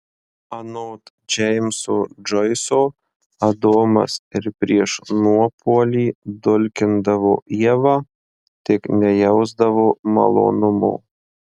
anot džeimso džoiso adomas ir prieš nuopuolį dulkindavo ievą tik nejausdavo malonumo